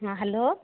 ହଁ ହ୍ୟାଲୋ